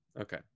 Okay